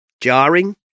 jarring